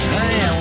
Honey